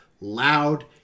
loud